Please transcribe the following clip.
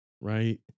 Right